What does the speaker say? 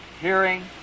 hearing